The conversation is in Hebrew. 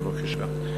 בבקשה.